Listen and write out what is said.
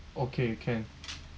okay can